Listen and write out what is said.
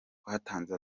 twatanze